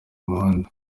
muhanda